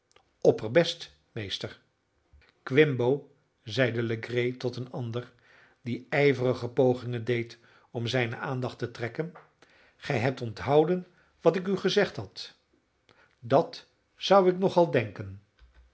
opperbest meester quimbo zeide legree tot een ander die ijverige pogingen deed om zijne aandacht te trekken gij hebt onthouden wat ik u gezegd had dat zou ik nog al denken